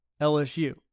LSU